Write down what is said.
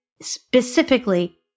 specifically